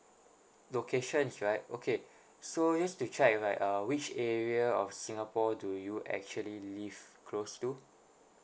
locations right okay so just to check right uh which area of singapore do you actually live close to